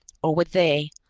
or would they,